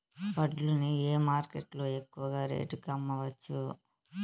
వడ్లు ని ఏ మార్కెట్ లో ఎక్కువగా రేటు కి అమ్మవచ్చు?